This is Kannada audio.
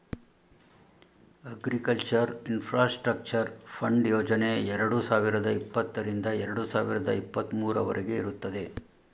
ಅಗ್ರಿಕಲ್ಚರ್ ಇನ್ಫಾಸ್ಟ್ರಕ್ಚರೆ ಫಂಡ್ ಯೋಜನೆ ಎರಡು ಸಾವಿರದ ಇಪ್ಪತ್ತರಿಂದ ಎರಡು ಸಾವಿರದ ಇಪ್ಪತ್ತ ಮೂರವರಗೆ ಇರುತ್ತದೆ